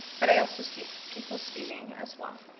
but i also see see people speeding as well.